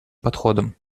подходом